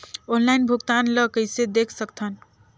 Online भुगतान ल कइसे देख सकथन?